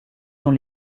dans